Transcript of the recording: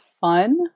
fun